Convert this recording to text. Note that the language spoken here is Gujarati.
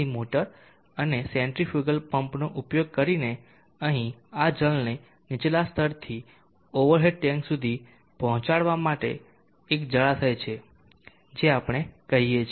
મોટર અને સેન્ટ્રીફ્યુગલ પંપનો ઉપયોગ કરીને અહીં આ જળને નીચલા સ્તરથી ઓવર હેડ ટેન્ક સુધી પહોંચાડવા માટે એક જળાશય છે જે આપણે કહી શકીએ છીએ